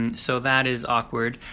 and so that is awkward.